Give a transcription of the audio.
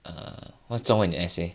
err what's 中文 in essay